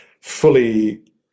fully